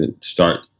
Start